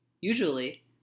Usually